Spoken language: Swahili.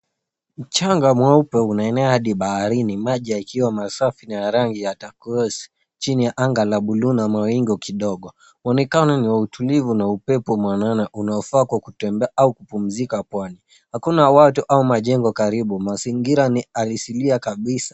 Mchanga mweupe unaenea hadi baharini maji yakiwa masafi na ya rangi ya takrosi chini ya la buluu na mawingu kidogo. Uonekano ni wa utulivu na upepo mwanana unaofaa kwa kutembea au kupumzika pwani. Hakuna watu au majengo karibu. Mazingira ni asilia kabisa.